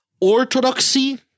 orthodoxy